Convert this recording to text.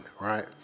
right